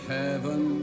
heaven